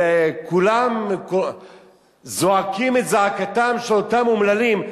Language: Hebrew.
וכולם פה זועקים את זעקתם של אותם אומללים,